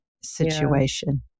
situation